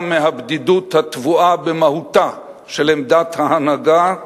מהבדידות הטבועה במהותה של עמדת ההנהגה,